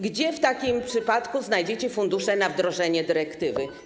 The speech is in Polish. Gdzie w takim przypadku znajdziecie fundusze na wdrożenie dyrektywy?